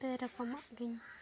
ᱯᱮ ᱨᱚᱠᱚᱢᱟᱜ ᱜᱮᱧ